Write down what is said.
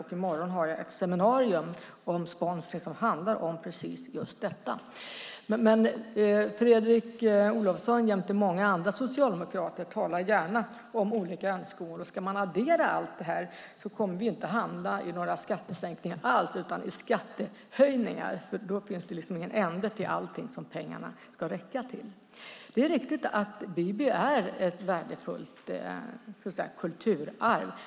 I morgon har jag ett seminarium om sponsring som handlar om just detta. Fredrik Olovsson jämte många andra socialdemokrater talar gärna om olika önskemål. Om man ska värdera allt det här kommer vi inte att hamna i några skattesänkningar alls, utan i skattehöjningar. Då finns det ingen ände på allt som pengarna ska räcka till. Det är riktigt att Biby är ett värdefullt kulturarv.